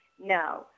No